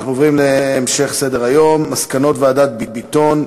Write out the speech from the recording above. אנחנו עוברים להצעות לסדר-היום מס' 4357,